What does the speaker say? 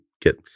get